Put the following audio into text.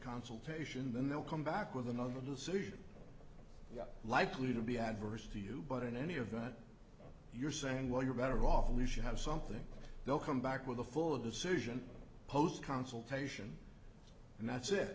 consultation then they'll come back with another decision likely to be adverse to you but in any event you're saying well you're better off lose you have something they'll come back with a full of decision post consultation and that's it